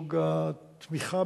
בסוג התמיכה,